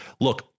Look